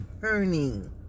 turning